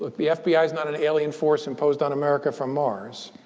but the fbi is not an alien force imposed on america from mars.